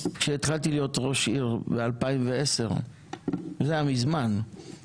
כשהתחלתי להיות ראש עיר בשנת 2010 הוא היה מובטל,